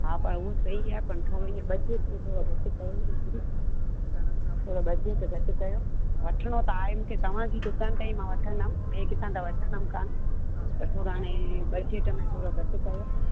हा पर उहो सही आहे पर थोरो अघु घटि कयो न दीदी थोरो बजट घटि कयो वठिणो त आहे मूंखे तव्हांजी दुकान ताईं मां वठंदमि ॿिए किथां त वठंदमि कोन पर थोरो हाणे बचे त थोरो घटि कयो